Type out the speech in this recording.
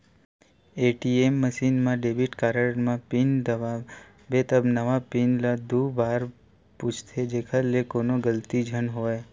ATM machine म debit card म PIN बदलबे त नवा पिन ल दू बार पूछथे जेखर ले कोनो गलती झन होवय